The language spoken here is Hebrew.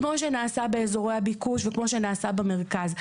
כמו שנעשה באזורי הביקוש וכמו שנעשה במרכז.